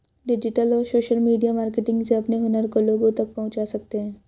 digital और social media marketing से अपने हुनर को लोगो तक पहुंचा सकते है